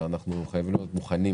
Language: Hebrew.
ואנחנו חייבים להיות מוכנים